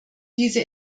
diese